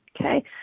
Okay